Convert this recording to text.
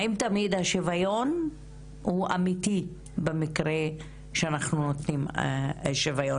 האם תמיד השוויון הוא אמיתי במקרה שאנחנו נותנים שוויון